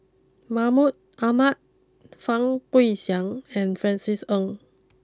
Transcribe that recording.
Mahmud Ahmad Fang Guixiang and Francis Ng